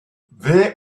there